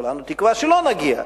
כולנו תקווה שלא נגיע,